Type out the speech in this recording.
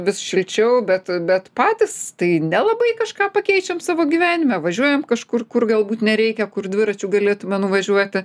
vis šilčiau bet bet patys tai nelabai kažką pakeičiam savo gyvenime važiuojam kažkur kur galbūt nereikia kur dviračiu galėtume nuvažiuoti